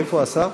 איפה השר?